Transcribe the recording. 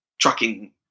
trucking